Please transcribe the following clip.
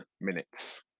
minutes